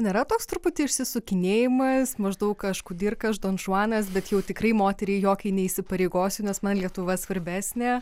nėra toks truputį išsisukinėjimas maždaug aš kudirka aš donžuanas bet jau tikrai moteriai jokiai neįsipareigosiu nes man lietuva svarbesnė